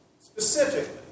specifically